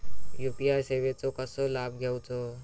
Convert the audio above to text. UPI सेवाचो कसो लाभ घेवचो?